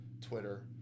Twitter